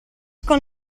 con